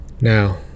Now